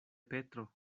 petro